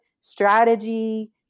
strategy